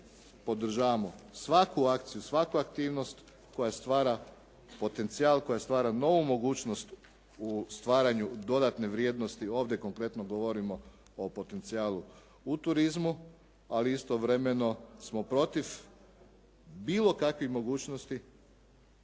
podržavamo svaku akciju, svaku aktivnost koja stvara potencijal, koja stvara novu mogućnost u stvaranju dodatne vrijednosti, ovdje konkretno govorimo o potencijalu u turizmu, ali istovremeno smo protiv bilo kakvih mogućnosti